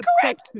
Correct